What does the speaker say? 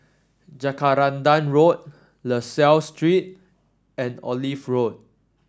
Jacaranda Road La Salle Street and Olive Road